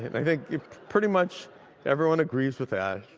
i think pretty much everyone agrees with that.